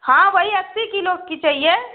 हाँ वही अस्सी किलो की चाहिए